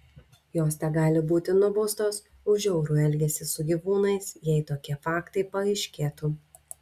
jos tegali būti nubaustos už žiaurų elgesį su gyvūnais jei tokie faktai paaiškėtų